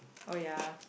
oh ya